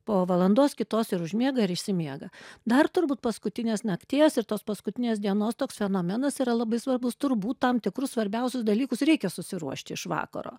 po valandos kitos ir užmiega ir išsimiega dar turbūt paskutinės nakties ir tos paskutinės dienos toks fenomenas yra labai svarbus turbūt tam tikrus svarbiausius dalykus reikia susiruošti iš vakaro